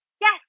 yes